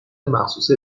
مخصوص